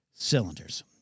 Cylinders